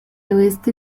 oeste